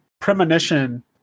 Premonition